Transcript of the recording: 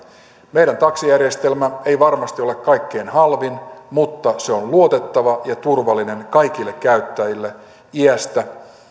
meidän taksijärjestelmä ei varmasti ole kaikkein halvin mutta se on luotettava ja turvallinen kaikille käyttäjille iästä